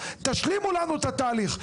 תשלימו לנו את התהליך.